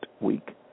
week